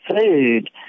food